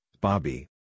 Bobby